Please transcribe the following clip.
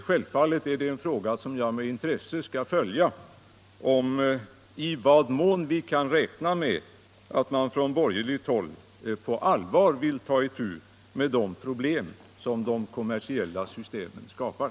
Självfallet är det också en fråga som jag skall följa med intresse om man på borgerligt håll på allvar vill ta itu med de svårigheter som de kommersiella systemen skapar